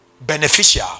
Beneficial